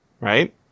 right